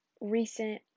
recent